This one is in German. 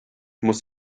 muss